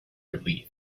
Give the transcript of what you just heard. relief